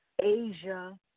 Asia